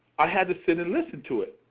i had to sit and listen to it.